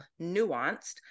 nuanced